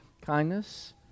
Kindness